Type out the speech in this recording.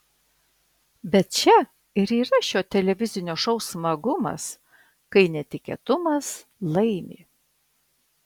bet čia ir yra šio televizinio šou smagumas kai netikėtumas laimi